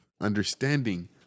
understanding